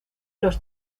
los